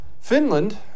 Finland